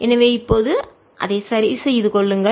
எனவே இப்போது அதை சரி செய்து கொள்ளுங்கள்